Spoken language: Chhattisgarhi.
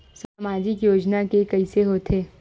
सामाजिक योजना के कइसे होथे?